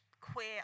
Queer